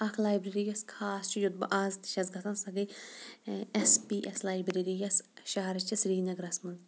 اَکھ لایبرٔری یۄس خاص چھِ یوٚت بہٕ آز تہِ چھس گژھان سۄ گٔیے ایس پی ایس لایبرٔری یۄس شہرٕ چھِ سرینگرَس منٛز